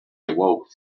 awoke